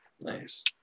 nice